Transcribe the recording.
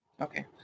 Okay